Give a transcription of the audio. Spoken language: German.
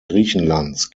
griechenlands